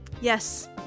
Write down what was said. Yes